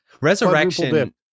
Resurrection